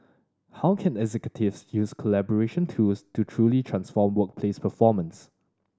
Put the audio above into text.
how can executives use collaboration tools to truly transform workplace performance